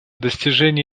достижение